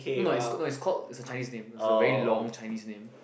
no no is good no is called is a Chinese name is a very long Chinese name